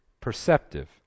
perceptive